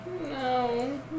No